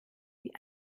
die